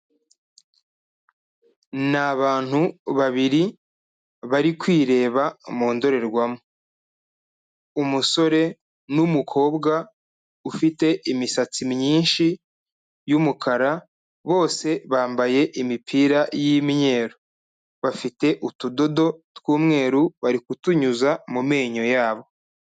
Ni abantu babiri, bari kwireba mu ndorerwamo. Umusore n'umukobwa ufite imisatsi myinshi y'umukara, bose bambaye imipira y'imyeru. Bafite utudodo tw'umweru, bari kutunyuza mu menyo yabo.